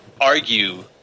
argue